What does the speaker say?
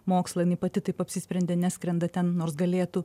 mokslą jinai pati taip apsisprendė neskrenda ten nors galėtų